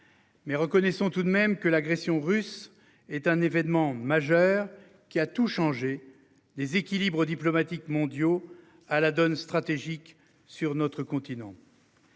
Mais reconnaissons tout de même que l'agression russe est un événement majeur qui a tout changé les équilibres diplomatiques mondiaux à la donne stratégique sur notre continent.